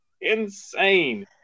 Insane